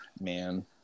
Man